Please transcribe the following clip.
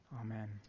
Amen